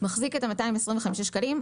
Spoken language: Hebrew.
מחזיק את 225 השקלים,